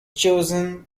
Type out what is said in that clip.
chosen